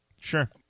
sure